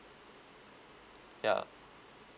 ya